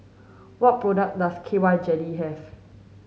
what products does K Y jelly have